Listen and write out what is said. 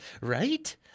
Right